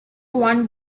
one